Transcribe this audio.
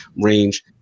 range